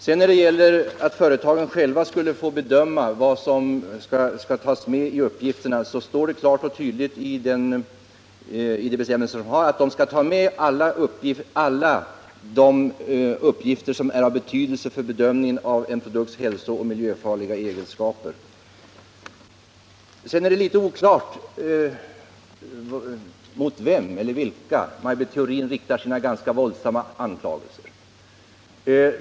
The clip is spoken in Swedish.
När det sedan gäller påståendet att företagen själva skulle få bedöma vad som skall tas med i uppgifterna står det klart och tydligt i de bestämmelser som finns att företagen skall ta med alla de uppgifter som är av betydelse för bedömningen av en produkts hälsooch miljöfarliga egenskaper. Det är vidare litet oklart mot vem eller vilka Maj Britt Theorin riktar sina ganska våldsamma anklagelser.